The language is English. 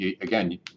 again